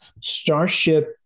Starship